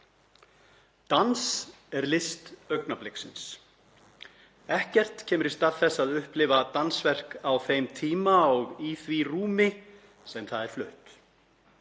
Dans er list augnabliksins. Ekkert kemur í stað þess að upplifa dansverk á þeim tíma og í því rúmi sem það er flutt.